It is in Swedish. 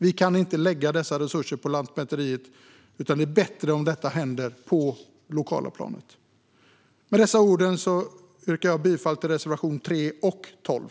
Vi kan inte lägga dessa resurser på Lantmäteriet, utan det är bättre om de läggs på det lokala planet. Med dessa ord yrkar jag bifall till reservationerna 3 och 12.